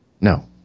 No